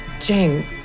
Jane